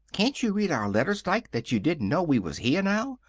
can't you read our letters, dike, that you didn't know we was here now?